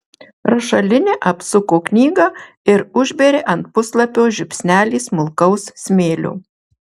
rašalinė apsuko knygą ir užbėrė ant puslapio žiupsnelį smulkaus smėlio